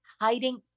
hiding